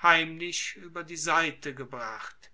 heimlich ueber die seite gebracht